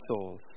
souls